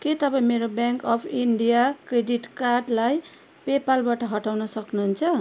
के तपाईँ मेरो ब्याङ्क अफ इन्डिया क्रेडिट कार्डलाई पे पालबाट हटाउन सक्नुहुन्छ